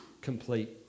complete